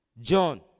John